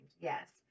Yes